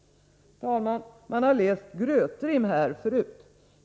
Herr talman! Man har läst grötrim här förut.